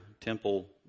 temple